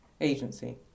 Agency